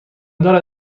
دارد